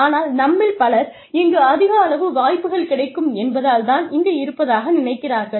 ஆனால் நம்மில் பலர் இங்கு அதிக அளவு வாய்ப்புகள் கிடைக்கும் என்பதால் தான் இங்கு இருப்பதாக நினைக்கிறார்கள்